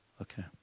Okay